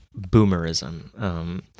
boomerism